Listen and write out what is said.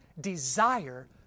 desire